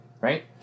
right